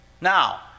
Now